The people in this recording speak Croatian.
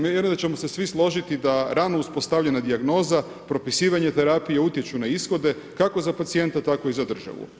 Vjerujem da ćemo se svi složiti da rano uspostavljena dijagnoza, propisivanje terapije utječu na ishode kako za pacijenta, tako i za državu.